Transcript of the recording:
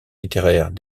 littéraires